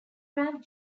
ramp